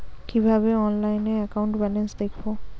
কিভাবে অনলাইনে account balance দেখবো?